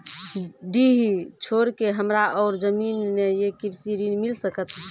डीह छोर के हमरा और जमीन ने ये कृषि ऋण मिल सकत?